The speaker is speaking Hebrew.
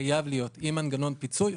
חייב להיות עם מנגנון פיצוי,